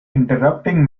interrupting